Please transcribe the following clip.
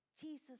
Jesus